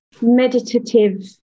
meditative